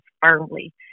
firmly